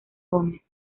gómez